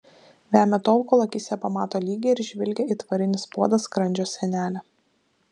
vemia tol kol akyse pamato lygią ir žvilgią it varinis puodas skrandžio sienelę